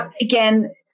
again